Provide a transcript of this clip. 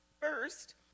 First